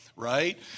Right